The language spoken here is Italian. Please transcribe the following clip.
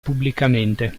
pubblicamente